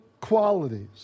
qualities